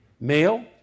Male